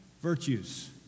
virtues